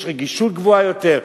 יש רגישות גבוהה יותר,